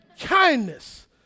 kindness